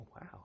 wow